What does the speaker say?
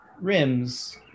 rims